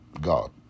god